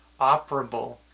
Operable